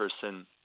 person